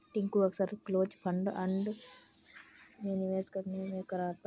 टिंकू अक्सर close end fund में निवेश करने से कतराता है